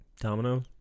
Domino